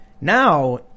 Now